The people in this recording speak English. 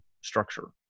structure